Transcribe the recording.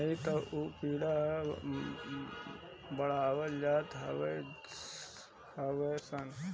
नाही तअ उ कीड़ा बढ़त जात हवे सन